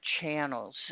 channels